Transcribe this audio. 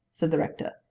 said the rector,